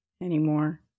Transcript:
anymore